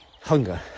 hunger